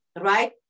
right